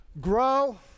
grow